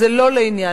זה לא לעניין.